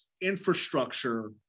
infrastructure